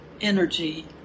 energy